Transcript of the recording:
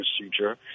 procedure